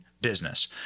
business